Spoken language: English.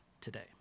today